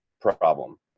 problem